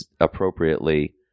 appropriately